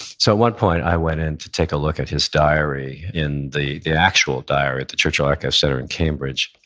so at one point i went in to take a look at his diary in the, the actual diary at the churchill archive centre in cambridge.